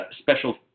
Special